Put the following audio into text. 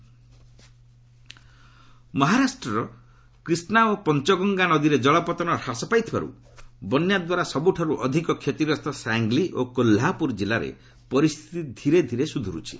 flood situation ମହାରାଷ୍ଟ୍ରର କ୍ରିଷ୍ଣା ଓ ପଞ୍ଚଗଙ୍ଗା ନଦୀରେ ଜଳପତନ ହ୍ରାସ ପାଇଥିବାରୁ ବନ୍ୟା ଦ୍ୱାରା ସବ୍ରଠାର୍ ଅଧିକ କ୍ଷତିଗ୍ରସ୍ତ ସାଙ୍ଗଲି ଓ କୋହ୍ରାପ୍ରର ଜିଲ୍ଲାରେ ପରିସ୍ଥିତି ଧୀରେ ଧୀରେ ସୁଧୁରୁଛି